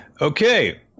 okay